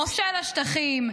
מושל השטחים,